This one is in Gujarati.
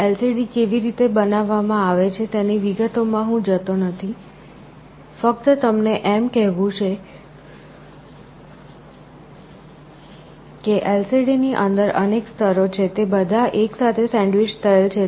LCD કેવી રીતે બનાવવામાં આવે છે તેની વિગતોમાં હું નથી જતો ફક્ત તમને એમ કહેવું છે કે LCDની અંદર અનેક સ્તરો છે તે બધા એક સાથે સેન્ડવીચ થયેલ છે